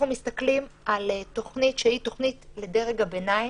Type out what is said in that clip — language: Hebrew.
אנחנו מסתכלים על תוכנית לדרג הביניים,